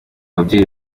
babyeyi